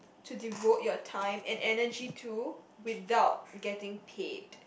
to devote your time and energy to without getting paid